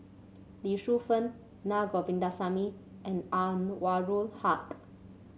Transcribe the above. Lee Shu Fen Na Govindasamy and Anwarul Haque